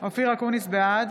בעד